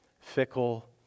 fickle